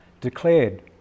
declared